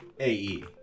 ae